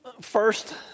First